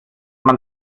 man